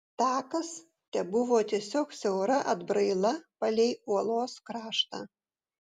takas tebuvo tiesiog siaura atbraila palei uolos kraštą